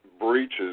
Breaches